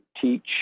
teach